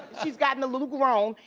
she's gotten a little grown,